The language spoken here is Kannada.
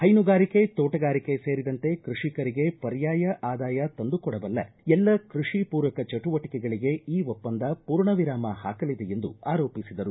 ಹ್ಯೆನುಗಾರಿಕೆ ತೋಟಗಾರಿಕೆ ಸೇರಿದಂತೆ ಕೃಷಿಕರಿಗೆ ಪರ್ಯಾಯ ಆದಾಯ ತಂದುಕೊಡಬಲ್ಲ ಎಲ್ಲ ಕೃಷಿ ಪೂರಕ ಚಟುವಟಕೆಗಳಿಗೆ ಈ ಒಪ್ಪಂದ ಪೂರ್ಣವಿರಾಮ ಹಾಕಲಿದೆ ಎಂದು ಆರೋಪಿಸಿದರು